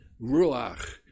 ruach